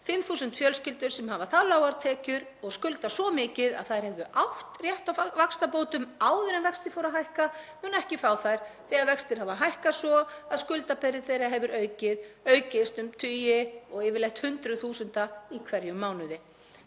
5.000 fjölskyldur sem hafa það lágar tekjur og skulda svo mikið að þær hefðu átt rétt á vaxtabótum áður en vextir fóru að hækka munu ekki fá þær þegar vextir hafa hækkað svo að skuldabyrði þeirra hefur aukist um tugi og yfirleitt hundruð þúsunda í hverjum mánuði,